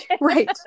Right